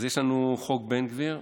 אז יש לנו חוק בן גביר,